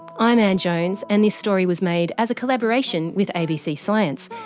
i'm ann jones and this story was made as a collaboration with abc science.